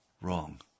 Wrong